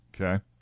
Okay